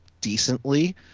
decently